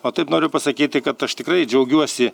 o taip noriu pasakyti kad aš tikrai džiaugiuosi